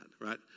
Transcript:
right